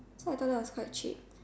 so I thought that was quite cheap